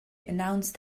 announced